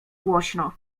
głośno